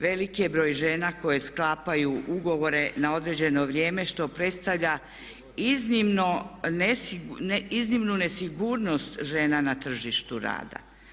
Velik je broj žena koje sklapaju ugovore na određeno vrijeme što predstavlja iznimnu nesigurnost žena na tržištu rada.